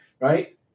right